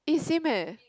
eh same eh